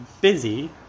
busy